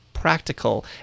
practical